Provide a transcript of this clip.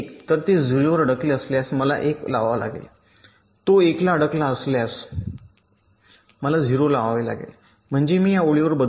तर ते ० वर अडकले असल्यास मला १ लावावा लागेल तो १ ला अडकला असल्यास मला ० लावावे लागेल म्हणजे मी या ओळीवर बदल घडवत आहे